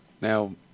Now